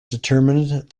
determined